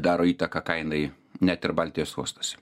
daro įtaką kainai net ir baltijos uostuose